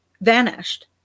vanished